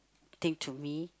thing to me